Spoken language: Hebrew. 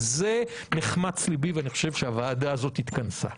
על זה נחמץ לבי ואני חושב שהוועדה הזאת התכנסה.